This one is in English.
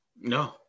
No